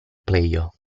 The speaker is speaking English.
player